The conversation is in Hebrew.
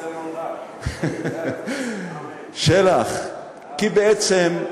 כי בעצם,